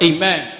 Amen